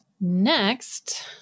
Next